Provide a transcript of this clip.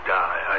die